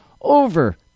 over